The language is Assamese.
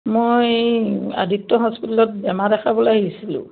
মই আদিত্য হস্পিটেলত বেমাৰ দেখাবলৈ আহিছিলোঁ